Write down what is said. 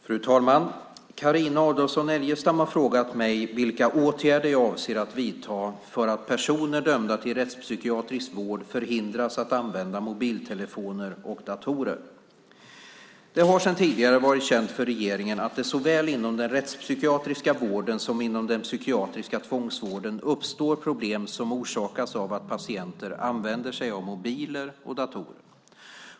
Fru talman! Carina Adolfsson Elgestam har frågat mig vilka åtgärder jag avser att vidta för att personer dömda till rättspsykiatrisk vård förhindras att använda mobiltelefoner och datorer. Det har sedan tidigare varit känt för regeringen att det såväl inom den rättspsykiatriska vården som inom den psykiatriska tvångsvården uppstår problem som orsakas av att patienter använder sig av mobiler och datorer.